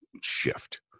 shift